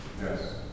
Yes